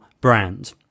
brand